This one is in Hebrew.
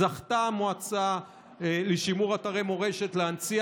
זכתה המועצה לשימור אתרי מורשת להנציח